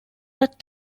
that